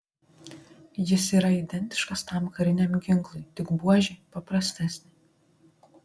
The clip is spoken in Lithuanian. jis yra identiškas tam kariniam ginklui tik buožė paprastesnė